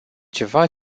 ceva